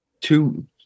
two